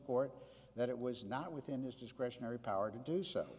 court that it was not within his discretionary power to do so